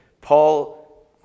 paul